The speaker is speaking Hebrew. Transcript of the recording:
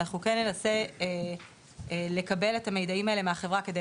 אנחנו כן ננסה לקבל את המידע הזה מהחברה כדי